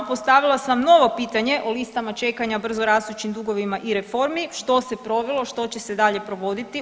Postavila sam novo pitanje o listama čekanja, brzo rastućim dugovima i reformi što se provelo, što će se dalje provoditi.